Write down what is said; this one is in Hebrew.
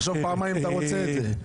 תחשוב פעמיים אם אתה רוצה את זה.